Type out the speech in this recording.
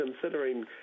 considering